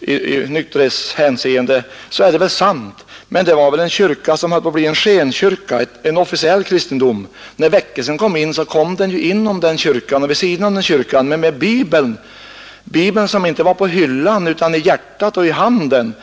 i nykterhetshänseende, måste man säga att det delvis är sant. Men det var väl en kyrka som höll på att bli en skenkyrka, bara en officiell kristendom. Väckelsen kom inom den kyrkan och vid sidan om den kyrkan men med en bibel som inte låg på hyllan utan som man hade i hjärtat och i handen.